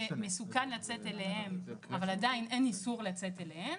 שמסוכן לצאת אליהן אבל עדיין אין איסור לצאת אליהן,